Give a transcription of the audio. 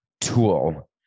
tool